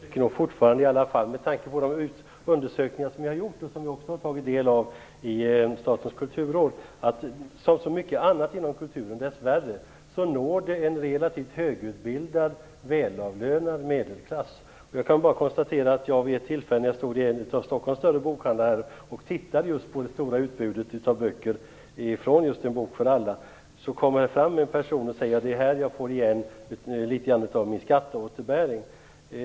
Herr talman! Jag tycker nog fortfarande med tanke på de undersökningar som vi har tagit del av i Statens kulturråd att dessa böcker dessvärre, liksom så mycket annat inom kulturen, når en relativt högutbildad och välavlönad medelklass. Jag kan bara konstatera att vid ett tillfälle, när jag stod i en av Stockholms större boklådor och tittade på det stora utbudet av böcker från En Bok För Alla, kom det fram en person som sade: Det är här som jag får igen litet grand av min skatt.